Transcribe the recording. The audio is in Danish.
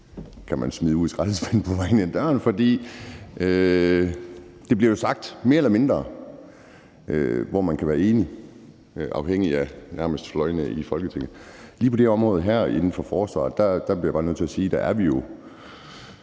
kan man smide ud i skraldespanden på vejen ind ad døren. For det bliver jo sagt mere eller mindre, og man kan være enig afhængigt af fløjene i Folketinget. Lige på det her område inden for forsvaret, bliver jeg bare nødt til at sige, at vi jo